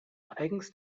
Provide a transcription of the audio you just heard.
eigens